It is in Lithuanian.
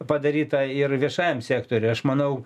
padaryta ir viešajam sektoriui aš manau